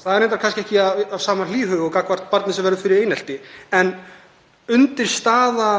Það er reyndar kannski ekki af sama hlýhug og gagnvart barninu sem verður fyrir einelti, en undirstaða